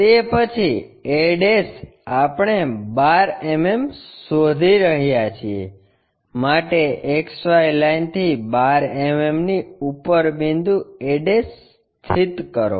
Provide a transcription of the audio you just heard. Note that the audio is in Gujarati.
તે પછી a આપણે 12 mm શોધી રહ્યાં છીએ માટે XY લાઇનથી 12 mmની ઉપર બિંદુ a સ્થિત કરો